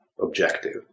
objective